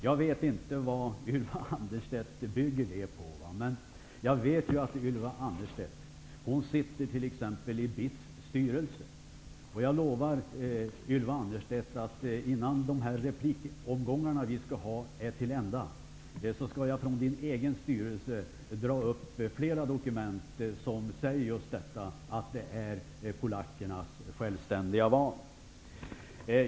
Jag vet inte vad Ylva Annerstedt bygger det på, men jag vet att Ylva Annerstedt bl.a. sitter i BITS styrelse, och jag lovar Ylva Annerstedt att jag innan de replikomgångar som vi skall ha är till ända skall från min styrelse ta fram flera dokument som säger att polackerna självständigt gjorde sitt val.